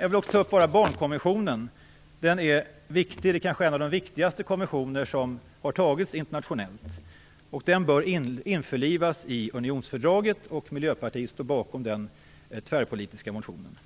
Jag vill bara beröra barnkonventionen. Den är viktig. Det är kanske en av de viktigaste konventioner som har antagits internationellt. Den bör införlivas i unionsfördraget, och Miljöpartiet står bakom den tvärpolitiska motionen